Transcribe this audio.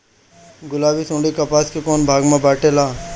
गुलाबी सुंडी कपास के कौने भाग में बैठे ला?